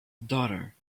daughter